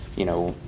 you know,